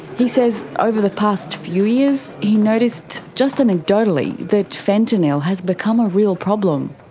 he says over the past few years, he noticed just anecdotally that fentanyl has become a real problem.